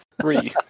Three